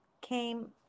came